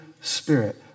Spirit